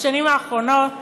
בשנים האחרונות